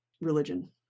religion